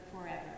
forever